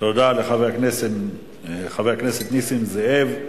תודה לחבר הכנסת נסים זאב.